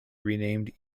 renamed